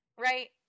right